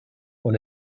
und